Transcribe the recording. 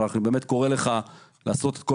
אבל אני באמת קורה לך כדי לעשות את כל